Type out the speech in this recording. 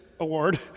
award